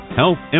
health